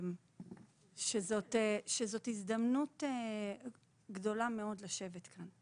זאת הזדמנות גדולה מאוד לשבת כאן,